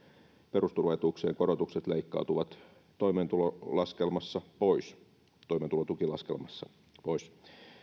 perusturvaetuuksien korotukset leikkautuvat toimeentulotukilaskelmassa pois toimeentulotukilaskelmassa pois